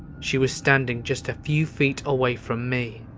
she was standing just a few feet away from me,